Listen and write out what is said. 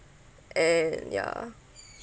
and ya